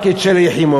רק את שלי יחימוביץ.